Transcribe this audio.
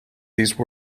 these